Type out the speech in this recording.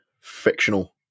fictional